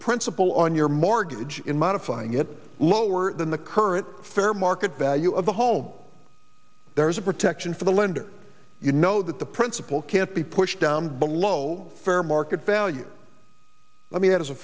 principal on your mortgage in modifying it lower than the current fair market value of the home there is a protection for the lender you know that the principle can't be pushed down below fair market value i mean